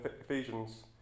Ephesians